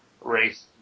race